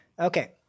Okay